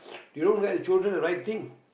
they don't get the children the right thing